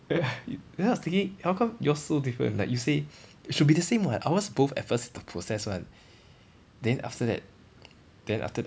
then I was thinking how come yours so different like you say should be the same [what] ours both at first the process [one] then after that then after that